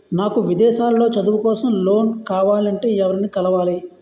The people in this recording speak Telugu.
నాకు విదేశాలలో చదువు కోసం లోన్ కావాలంటే ఎవరిని కలవాలి?